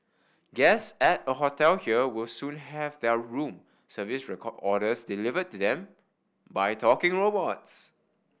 guests at a hotel here will soon have their room service recall orders deliver to them by talking robots